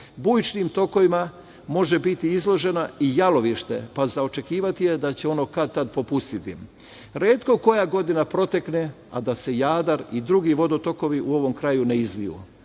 Bujičnim tokovima može biti izloženo i jalovište, pa za očekivati je da će ono kad tad popustiti. Retko koja godina protekne, a da se Jadar i drugi vodotokovi u ovom kraju ne izliju.